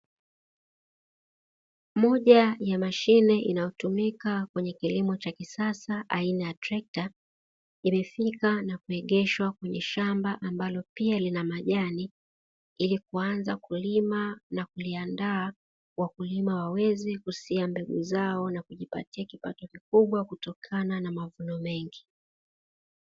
Moja ya mashine inayotumika kwenye kilimo cha kisasa aina ya trekta limefika na kuegeshwa kwenye shamba, ambalo pia lina majani ili kuanza kulima na kuliandaa wakulima waweze kusia mbegu zao, na kujipatia kipato kikubwa kutokana na mavuno mengi.